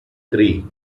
three